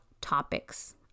topics